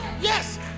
Yes